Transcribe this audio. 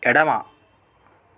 ఎడమ